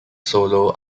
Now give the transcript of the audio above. solo